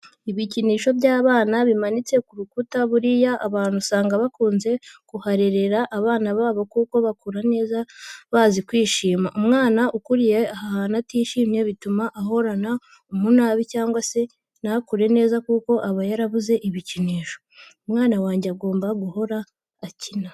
Ibikinisho by'abana bimanitse ku rukuta, buriya abantu usanga bakunze kuharerera abana babo kuko bakura neza bazi kwishima. Umwana ukuriye ahantu atishimiye bituma ahorana umunabi cyangwa se ntakure neza kuko aba yarabuze ibikinisho. Umwana wanjye agomba guhora akina.